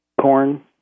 corn